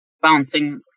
bouncing